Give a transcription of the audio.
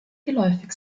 geläufig